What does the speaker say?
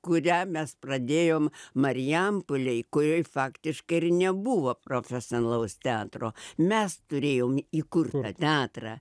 kurią mes pradėjom marijampolėj kurioj faktiškai ir nebuvo profesionalaus teatro mes turėjom įkurt tą teatrą